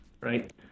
Right